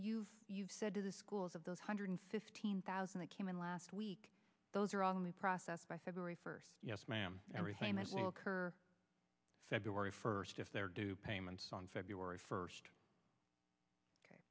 you you've said to the schools of those hundred fifteen thousand that came in last week those are all in the process by february first yes ma'am everything that will occur february first if they're due payments on february first